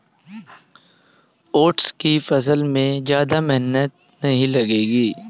oats की फसल में ज्यादा मेहनत नहीं लगेगी